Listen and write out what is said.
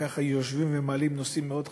ככה יושבים ומעלים נושאים מאוד חשובים.